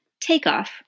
takeoff